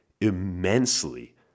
immensely